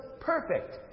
perfect